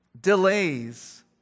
delays